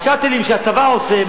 ה"שאטלים" שהצבא עושה,